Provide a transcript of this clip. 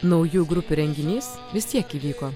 naujų grupių renginys vis tiek įvyko